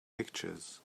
pictures